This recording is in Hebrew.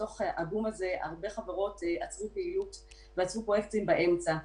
בתוך הבום הזה הרבה חברות עצרו פעילות ופרויקטים באמצע.